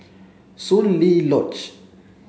Soon Lee Lodge